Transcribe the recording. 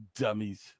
Dummies